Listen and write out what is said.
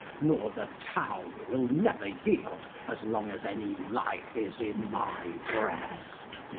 nor the town will never yield as long as any life is in my breast.